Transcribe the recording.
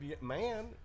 man